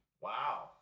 Wow